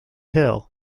hill